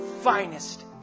finest